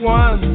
one